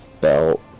belt